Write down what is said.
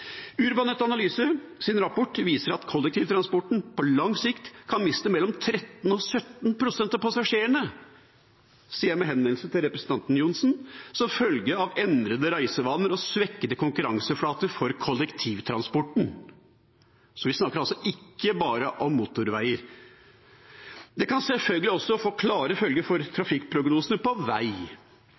rapport viser at kollektivtransporten på lang sikt kan miste mellom 13 og 17 pst. av passasjerene, sier jeg med henvendelse til representanten Johnsen, som følge av endrede reisevaner og svekkede konkurranseflater for kollektivtransporten. Vi snakker altså ikke bare om motorveier. Det kan sjølsagt også få klare følger for trafikkprognosene på vei.